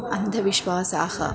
अन्धविश्वासाः